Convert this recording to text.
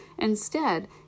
Instead